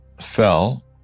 fell